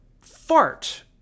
fart